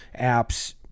apps